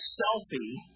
selfie